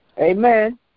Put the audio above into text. Amen